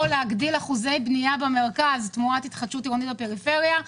או להגדיל אחוזי בנייה במרכז תמורת בנייה בפריפריה.